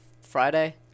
Friday